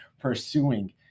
pursuing